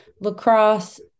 lacrosse